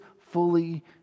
fully